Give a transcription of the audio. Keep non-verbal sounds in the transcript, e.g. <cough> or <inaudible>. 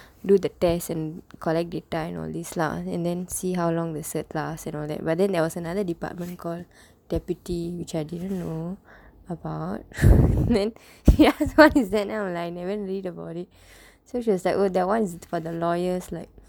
do the test and collect data and all this lah and then see how long the set last and all that but then there was another department called deputy which I didn't know about <laughs> then what is that then I'm like I went to read in the morning so she was like oh that one is for the lawyers like